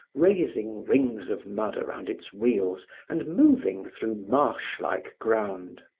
raising rings of mud around its wheels and moving through marsh-like ground.